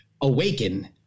awaken